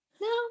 no